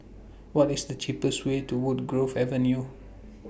What IS The cheapest Way to Woodgrove Avenue